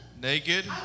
Naked